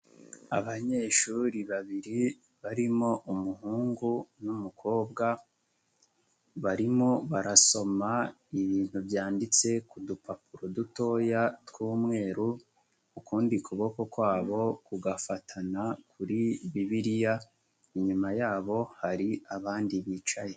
Abanyeshuri babiri barimo umuhungu n'umukobwa, barimo barasoma ibintu byanditse ku dupapuro dutoya tw'umweru, ukundi kuboko kwabo kugafatana kuri bibiriya, inyuma yabo hari abandi bicaye.